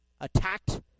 attacked